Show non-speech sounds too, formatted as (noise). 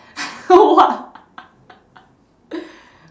(laughs) !wah!